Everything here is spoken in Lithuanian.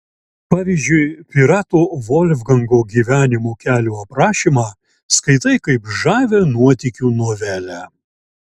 pavyzdžiui pirato volfgango gyvenimo kelio aprašymą skaitai kaip žavią nuotykių novelę